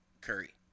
Curry